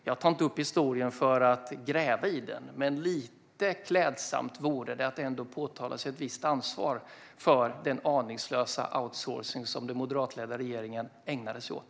Jag tar inte upp historien för att gräva i den, men lite klädsamt vore det att ändå påta sig ett visst ansvar för den aningslösa outsourcing som den moderatledda regeringen ägnade sig åt.